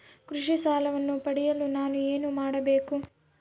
ಕೃಷಿ ಸಾಲವನ್ನು ಪಡೆಯಲು ನಾನು ಏನು ಮಾಡಬೇಕು?